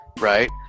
right